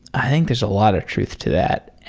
i think there's a lot of truth to that.